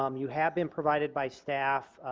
um you have been provided by staff,